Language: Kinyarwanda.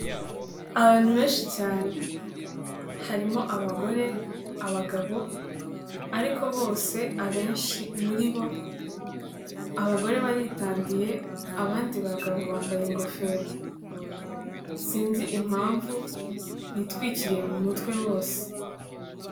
Abantu benshi cyane, harimo abagore, abagabo, ariko bose abenshi muri bo abagore baritandiye, abandi bagabo bambaye ingofero, sinzi impamvu bitwikiriye mu mutwe bose.